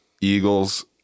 Eagles